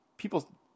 people